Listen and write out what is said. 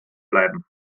bleiben